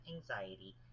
anxiety